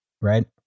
right